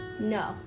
no